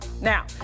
Now